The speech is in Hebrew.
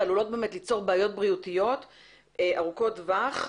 ועלולות ליצור בעיות בריאותיות ארוכות טווח.